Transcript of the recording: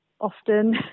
often